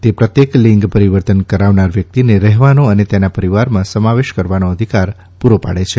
તે પ્રત્યેક લિંગ પરિવર્તન કરાવનાર વ્યક્તિને રહેવાનો અને તેના પરિવારમાં સમાવેશ કરવાનો અધિકાર પૂરો પાડે છે